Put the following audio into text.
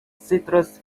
citrus